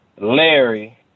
Larry